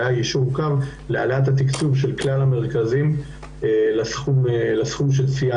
והיה יישור קו להעלאת התקצוב של כלל המרכזים לסכום שציינת,